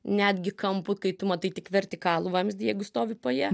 netgi kampu kai tu matai tik vertikalų vamzdį jeigu stovi po ja